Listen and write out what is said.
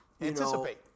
anticipate